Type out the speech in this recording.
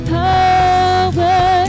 power